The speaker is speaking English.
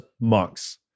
monks